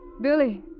Billy